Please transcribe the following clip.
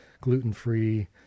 gluten-free